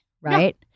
right